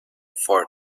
for